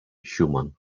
schumann